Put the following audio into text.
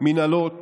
ומינהלות